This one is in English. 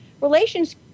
relations